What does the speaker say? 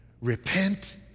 Repent